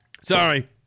Sorry